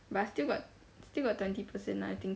but I still got still got twenty percent ah I think